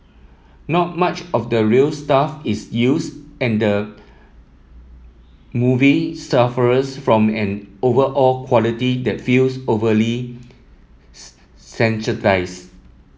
not much of the real stuff is use and the movie sufferers from an overall quality that feels overly sanitised